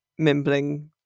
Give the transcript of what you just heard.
mimbling